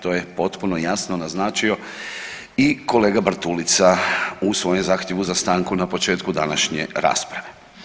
To je potpuno jasno naznačio i kolega Bartulica u svojem zahtjevu za stanku na početku današnje rasprave.